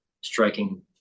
striking